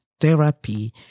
therapy